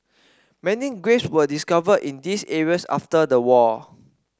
many graves were discovered in these areas after the war